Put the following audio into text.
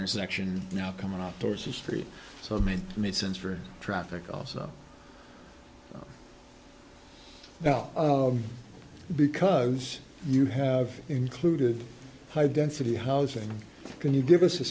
intersection now coming up towards the street so many made sense for traffic also now because you have included high density housing can you give us a